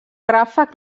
ràfec